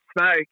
smoke